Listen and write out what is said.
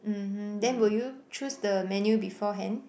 mmhmm then will you choose the menu beforehand